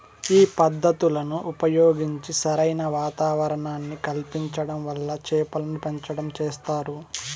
ఈ పద్ధతులను ఉపయోగించి సరైన వాతావరణాన్ని కల్పించటం వల్ల చేపలను పెంచటం చేస్తారు